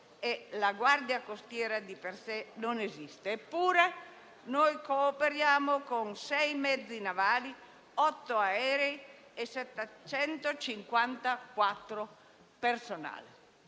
La Guardia costiera di per sé non esiste; eppure, noi cooperiamo con 6 mezzi navali, 8 aerei e 754 unità